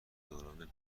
دوران